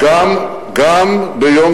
האמן לי,